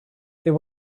there